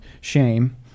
shame